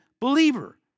believer